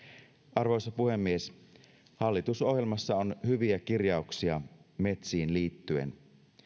arvoisa puhemies hallitusohjelmassa on hyviä kirjauksia metsiin liittyen